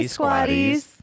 Squatties